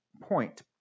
point